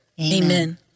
Amen